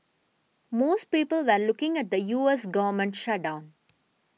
most people were looking at the U S government shutdown